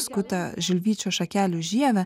skuta žilvyčio šakelių žievę